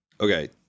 Okay